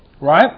right